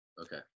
Okay